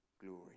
glory